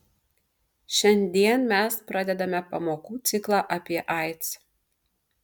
šiandien mes pradedame pamokų ciklą apie aids